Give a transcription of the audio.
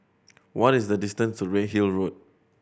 what is the distance to Redhill Road